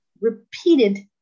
repeated